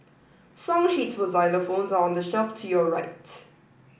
song sheets for xylophones are on the shelf to your right